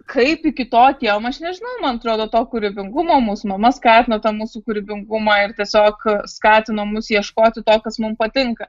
kaip iki to atėjom aš nežinau man atrodo to kūrybingumo mus mama skatino tą mūsų kūrybingumą ir tiesiog skatino mus ieškoti to kas mum patinka